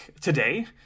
today